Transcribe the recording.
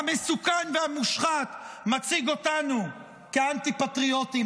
המסוכן והמושחת מציג אותנו כאנטי-פטריוטים.